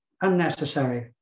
unnecessary